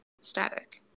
static